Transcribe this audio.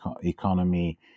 economy